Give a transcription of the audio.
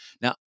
Now